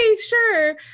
sure